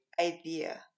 idea